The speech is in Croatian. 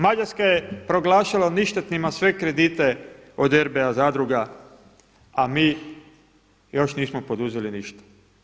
Mađarska je proglasila ništetnima sve kredite od RBA zadruga, a mi još nismo poduzeli ništa.